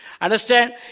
Understand